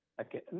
Okay